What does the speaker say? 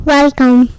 Welcome